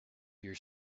your